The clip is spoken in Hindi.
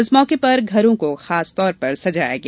इस मौके पर घरों को खासतौर पर सजाया गया